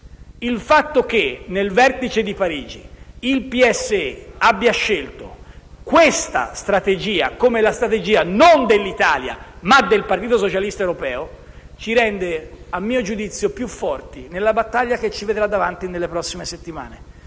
Il fatto che nel vertice di Parigi il PSE abbia scelto questa come la strategia non dell'Italia, ma del Partito socialista europeo ci rende, a mio giudizio, più forti nella battaglia che dovremo affrontare nelle prossime settimane,